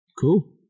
Cool